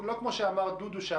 לא כמו שאמר אל"מ דודו אבעדא,